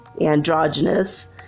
androgynous